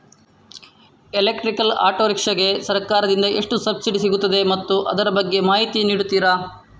Electrical auto rickshaw ಗೆ ಸರ್ಕಾರ ದಿಂದ ಎಷ್ಟು ಸಬ್ಸಿಡಿ ಸಿಗುತ್ತದೆ ಮತ್ತು ಅದರ ಬಗ್ಗೆ ಮಾಹಿತಿ ಯನ್ನು ನೀಡುತೀರಾ?